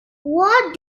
what